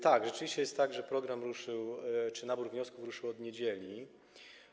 Tak, rzeczywiście jest tak, że program ruszył czy nabór wniosków ruszył od niedzieli.